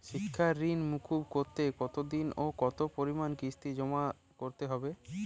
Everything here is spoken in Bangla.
শিক্ষার ঋণ মুকুব করতে কতোদিনে ও কতো পরিমাণে কিস্তি জমা করতে হবে?